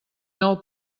nou